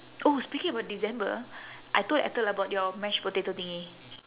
oh speaking about december I told ethel about your mashed potato thingy